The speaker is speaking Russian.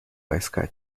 войска